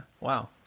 Wow